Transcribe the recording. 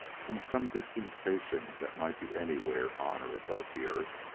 from some distant station that might be anywhere on or above the earth,